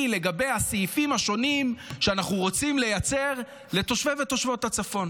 לגבי הסעיפים השונים שאנחנו רוצים לייצר לתושבי ותושבות הצפון